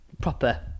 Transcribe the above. proper